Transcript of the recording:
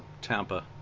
Tampa